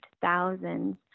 thousands